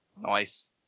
Nice